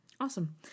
Awesome